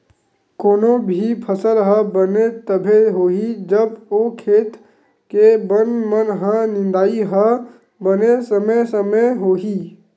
कोनो भी फसल ह बने तभे होही जब ओ खेत के बन मन के निंदई ह बने समे समे होही